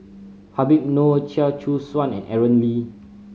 Habib Noh Chia Choo Suan and Aaron Lee